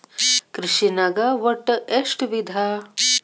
ಕೃಷಿನಾಗ್ ಒಟ್ಟ ಎಷ್ಟ ವಿಧ?